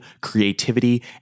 creativity